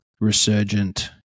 resurgent